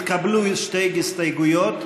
התקבלו שתי הסתייגויות.